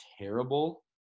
terrible